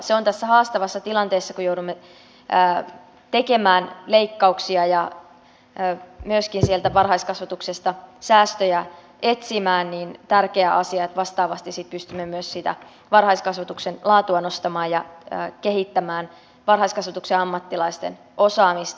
se on tässä haastavassa tilanteessa kun joudumme tekemään leikkauksia ja myöskin sieltä varhaiskasvatuksesta säästöjä etsimään tärkeä asia että vastaavasti sitten pystymme myös sitä varhaiskasvatuksen laatua nostamaan ja kehittämään varhaiskasvatuksen ammattilaisten osaamista